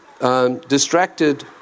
distracted